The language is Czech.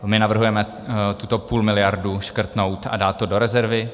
My navrhujeme tuto půlmiliardu škrtnout a dát do rezervy.